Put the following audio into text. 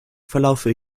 verlaufe